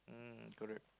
mm correct